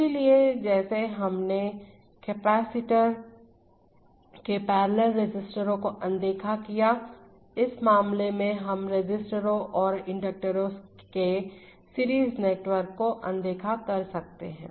इसलिए जैसे हमने कैपेसिटर के पैरेलल रेसिस्टेरो को अनदेखा किया इस मामले में हम रेसिस्टेरो और इंन्डक्टर्स के सीरीज नेटवर्क को अनदेखा कर सकते हैं